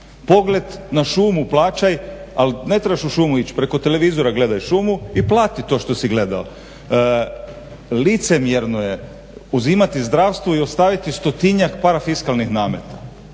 pogled na šumu plaćaj ali ne trebaš u šumu ići, preko televizora gledaj šumu i plati to što si gledao. Licemjerno je uzimati zdravstvo i ostaviti stotinjak parafiskalnih nameta.